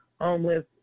homeless